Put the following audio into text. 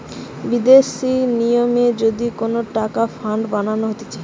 বিদেশি নিয়মে যদি কোন টাকার ফান্ড বানানো হতিছে